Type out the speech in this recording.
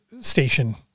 station